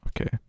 Okay